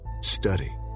study